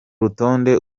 rutonde